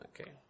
okay